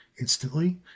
Instantly